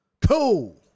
Cool